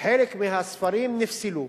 חלק מהספרים נפסלו,